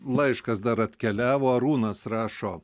laiškas dar atkeliavo arūnas rašo